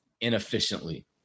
inefficiently